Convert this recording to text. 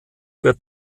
wird